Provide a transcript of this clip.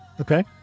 Okay